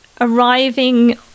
arriving